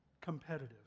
competitive